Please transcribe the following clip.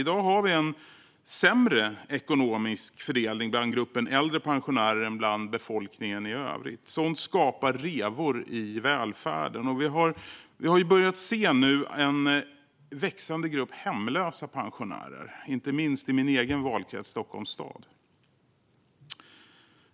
I dag har vi en sämre ekonomisk fördelning i gruppen äldre pensionärer än i befolkningen i övrigt. Sådant skapar revor i välfärden. Vi har nu börjat se en växande grupp hemlösa pensionärer, inte minst i min egen valkrets Stockholms stad.